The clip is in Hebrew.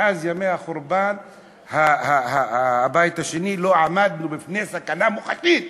מאז ימי החורבן השני לא עמדנו בפני סכנה מוחשית.